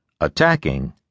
Attacking